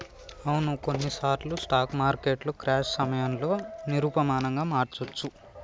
అవును కొన్నిసార్లు స్టాక్ మార్కెట్లు క్రాష్ సమయంలో నిరూపమానంగా మారొచ్చు